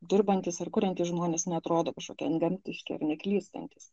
dirbantys ar kuriantys žmonės neatrodo kažkokie antgamtiški ar neklystantys